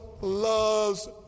loves